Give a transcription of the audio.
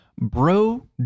bro